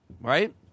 Right